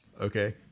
Okay